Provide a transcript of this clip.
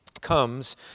comes